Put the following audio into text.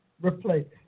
replace